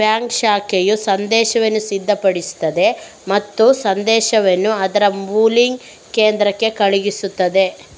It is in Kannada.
ಬ್ಯಾಂಕ್ ಶಾಖೆಯು ಸಂದೇಶವನ್ನು ಸಿದ್ಧಪಡಿಸುತ್ತದೆ ಮತ್ತು ಸಂದೇಶವನ್ನು ಅದರ ಪೂಲಿಂಗ್ ಕೇಂದ್ರಕ್ಕೆ ಕಳುಹಿಸುತ್ತದೆ